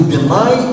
deny